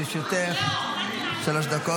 בבקשה, לרשותך שלוש דקות.